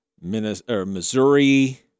Missouri